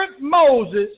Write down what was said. Moses